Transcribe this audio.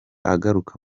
agaruka